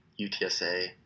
UTSA